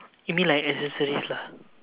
you mean like accessories lah